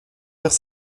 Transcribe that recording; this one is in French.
vers